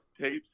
tapes